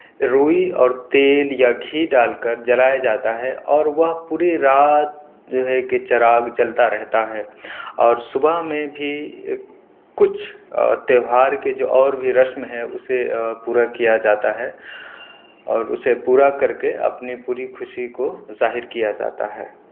روئی اور تیل یا گھی ڈال کر جلایا جاتا ہے اور وہ پوری رات جو ہے کہ چراغ جلتا رہتا ہے اور صبح میں بھی کچھ تہوار کے جو اور بھی رسم ہیں اسے بھی پورا کیا جاتا ہے اور اسے پورا کر کے اپنی پوری خوشی کو ظاہر کیا جاتا ہے